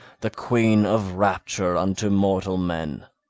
the queen of rapture unto mortal men.